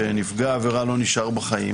כשנפגע עבירה לא נשאר בחיים,